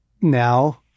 now